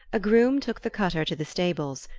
a groom took the cutter to the stables,